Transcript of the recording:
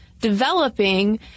developing